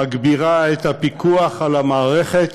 מגבירה את הפיקוח על המערכת